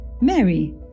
Mary